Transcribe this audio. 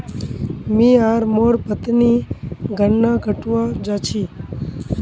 मी आर मोर पत्नी गन्ना कटवा जा छी